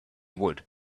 would